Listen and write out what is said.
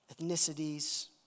ethnicities